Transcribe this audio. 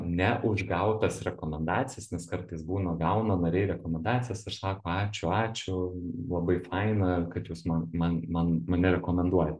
ne už gautas rekomendacijas nes kartais būna gauna nariai rekomendacijas ir sako ačiū ačiū labai faina kad jūs man man man mane rekomenduojat